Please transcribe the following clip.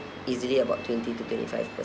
easily about twenty to twenty five